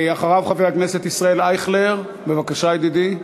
אחריו, חבר הכנסת ישראל אייכלר, בבקשה, ידידי,